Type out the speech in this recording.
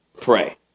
pray